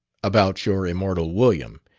about your immortal william.